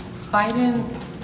Biden